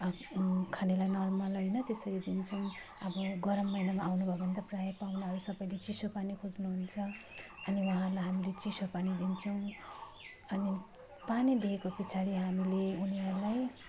अब खानेलाई नर्मल हैन त्यसरी दिन्छौँ अब गरम महिनामा आउनुभयो भने त प्रायः पाहुनाहरू सबैले चिसो पानी खोज्नुहुन्छ अनि उहाँहरूलाई हामीले चिसो पानी दिन्छौँ अनि पानी दिएको पछाडि हामीले उनीहरूलाई